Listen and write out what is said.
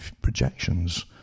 projections